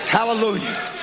Hallelujah